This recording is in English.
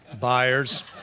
buyers